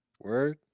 Word